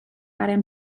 arian